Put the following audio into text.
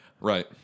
Right